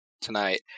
tonight